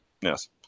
yes